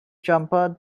jumper